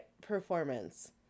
performance